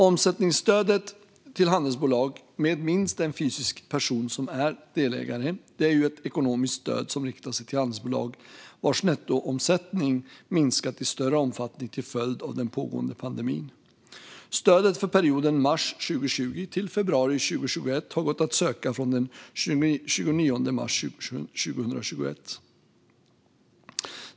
Omsättningsstödet till handelsbolag med minst en fysisk person som delägare är ett ekonomiskt stöd som riktar sig till handelsbolag vars nettoomsättning minskat i större omfattning till följd av den pågående pandemin. Stödet för perioden mars 2020 till februari 2021 har gått att söka från den 29 mars 2021.